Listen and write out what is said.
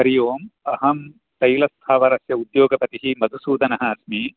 हरि ओम् अहं तैलस्थावरस्य उद्योगपतिः मधुसूदनः अस्मि